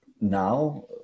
now